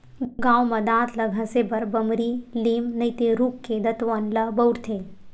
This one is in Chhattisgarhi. गाँव म दांत ल घसे बर बमरी, लीम नइते रूख के दतवन ल बउरथे